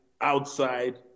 outside